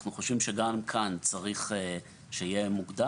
אנחנו חושבים שגם כאן צריך שיהיה מוגדר